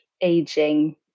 aging